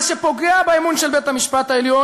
מה שפוגע באמון של בית-המשפט העליון